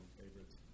favorites